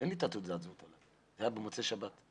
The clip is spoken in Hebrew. לא הייתה לו תעודת זהות, זה היה במוצאי שבת.